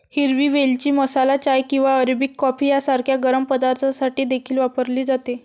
हिरवी वेलची मसाला चाय किंवा अरेबिक कॉफी सारख्या गरम पदार्थांसाठी देखील वापरली जाते